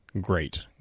great